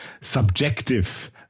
subjective